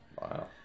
Wow